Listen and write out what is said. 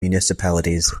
municipalities